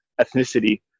ethnicity